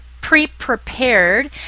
pre-prepared